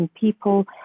people